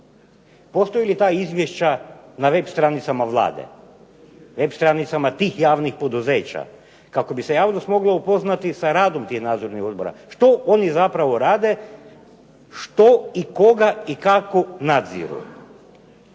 Postoji li ta izvješća na web stranicama Vlade, web stranicama tih javnih poduzeća kako bi se javnost mogla upoznati sa radom tih nadzornih odbora? Što oni zapravo rade, što i koga i kako nadziru?